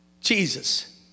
Jesus